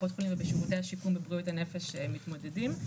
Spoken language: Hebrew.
בקופות חולים בשירותי השיקום בבריאות הנפש שהם מתמודדים.